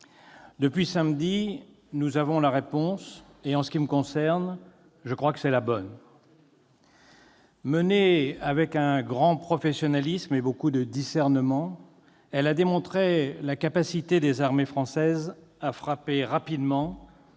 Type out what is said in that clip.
Depuis samedi, nous avons la réponse, et en ce qui me concerne, je crois qu'elle est la bonne. Menée avec un grand professionnalisme et beaucoup de discernement, elle a démontré la capacité des armées françaises à frapper rapidement,